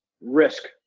risk